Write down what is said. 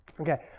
Okay